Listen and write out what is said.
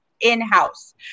in-house